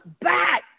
back